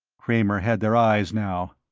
kramer had their eyes now.